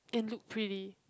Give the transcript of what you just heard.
and look pretty